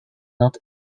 not